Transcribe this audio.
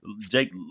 Jake